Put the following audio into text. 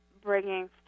bringing